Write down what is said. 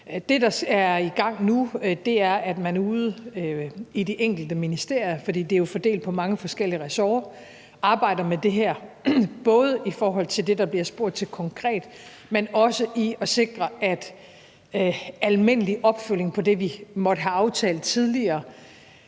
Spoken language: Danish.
Det, der er i gang nu, er, at man ude i de enkelte ministerier – for det er jo fordelt på mange forskellige ressorter – arbejder med det her både i forhold til det, der bliver spurgt til konkret, men også i forhold til at sikre almindelig opfølgning på det, vi måtte have aftalt tidligere,